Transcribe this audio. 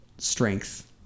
strength